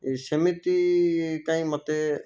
ଏ ସେମିତି କାଇଁ ମୋତେ